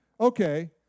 Okay